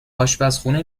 آشپزخونه